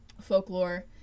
folklore